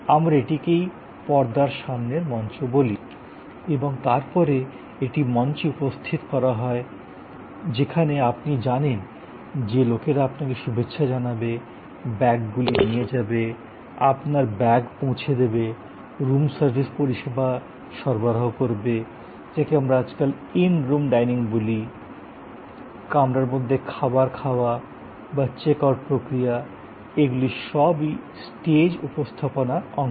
আমরা এটিকেই পর্দার সামনের মঞ্চ বলি এবং তারপরে এটি মঞ্চে উপস্থিত করা হয় যেখানে আপনি জানেন যে লোকেরা আপনাকে শুভেচ্ছা জানাবে ব্যাগগুলি নিয়ে যাবে আপনার ব্যাগ পৌঁছে দেবে রুম সার্ভিস পরিষেবা সরবরাহ করবে যাকে আমরা আজকাল ইন রুম ডাইনিং বলি কামরার মধ্যে খাবার খাওয়া বা চেক আউট প্রক্রিয়া এগুলি সবই স্টেজে উপস্থাপনার অংশ